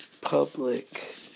public